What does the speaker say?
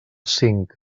cinc